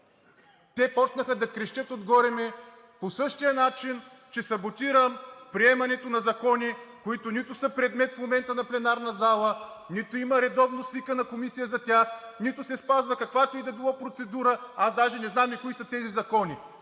те започнаха да ми крещят, че саботирам приемането на закони, които нито са предмет на пленарната зала, нито има редовно свикана комисия за тях, нито се спазва каквато и да било процедура, дори не знам кои са тези закони.